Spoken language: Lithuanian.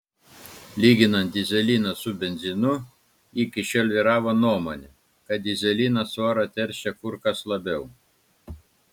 lyginant dyzeliną su benzinu iki šiol vyravo nuomonė kad dyzelinas orą teršia kur kas labiau